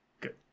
Good